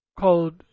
Called